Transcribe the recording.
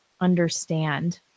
understand